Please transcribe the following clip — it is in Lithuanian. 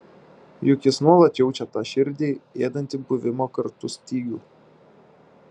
juk jis nuolat jaučia tą širdį ėdantį buvimo kartu stygių